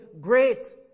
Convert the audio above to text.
great